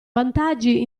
vantaggi